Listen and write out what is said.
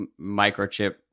microchip